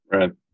Right